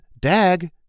Dag